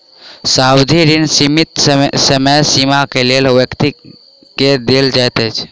सावधि ऋण सीमित समय सीमा के लेल व्यक्ति के देल जाइत अछि